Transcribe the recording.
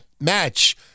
match